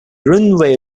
runway